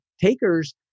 takers